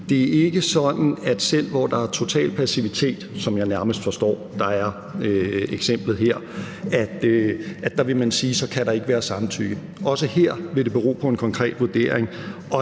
at det ikke er sådan, at selv hvor der er total passivitet, som jeg nærmest forstår der er i eksemplet her, kan der ikke være samtykke. Også her vil det bero på en konkret vurdering,